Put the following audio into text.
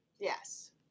Yes